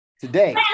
today